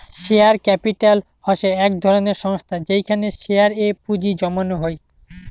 share capital হসে এক ধরণের সংস্থা যেইখানে শেয়ার এ পুঁজি জমানো হই